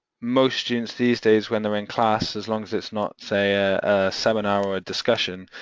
most students these days, when they're in class, as long as it's not, say, a seminar or a discussion,